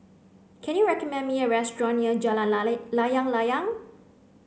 can you recommend me a restaurant near Jalan Layang Layang